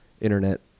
internet